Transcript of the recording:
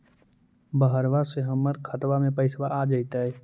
बहरबा से हमर खातबा में पैसाबा आ जैतय?